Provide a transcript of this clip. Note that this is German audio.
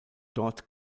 dort